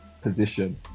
position